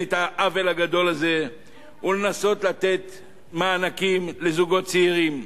את העוול הגדול ולנסות לתת מענקים לזוגות צעירים.